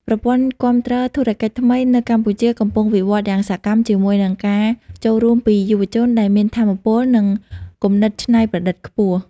ប្រព័ន្ធគាំទ្រធុរកិច្ចថ្មីនៅកម្ពុជាកំពុងវិវត្តន៍យ៉ាងសកម្ម ជាមួយនឹងការចូលរួមពីយុវជនដែលមានថាមពល និងគំនិតច្នៃប្រឌិតខ្ពស់។